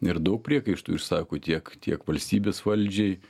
ir daug priekaištų išsako tiek tiek valstybės valdžiai